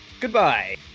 Goodbye